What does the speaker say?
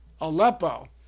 Aleppo